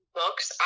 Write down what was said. books